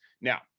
Now